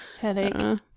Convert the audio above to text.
headache